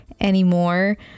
anymore